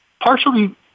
partially